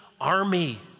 army